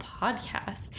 podcast